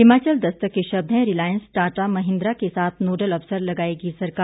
हिमाचल दस्तक के शब्द हैं रिलायंस टाटा महिंद्रा के साथ नोडल अफसर लगाएगी सरकार